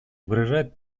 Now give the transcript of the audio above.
выражают